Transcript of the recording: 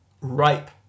ripe